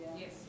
Yes